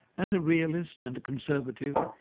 as a realist and a conservative,